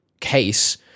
case